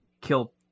kill